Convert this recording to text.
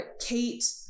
Kate